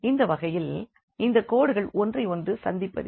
இந்த வகையில் இந்தக் கோடுகள் ஒன்றையொன்று சந்திப்பதில்லை